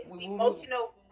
Emotional